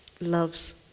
loves